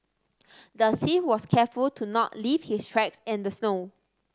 the thief was careful to not leave his tracks in the snow